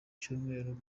cyumweru